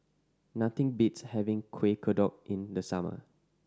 nothing beats having Kuih Kodok in the summer